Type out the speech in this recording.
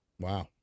Wow